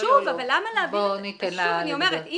שוב, אני אומרת.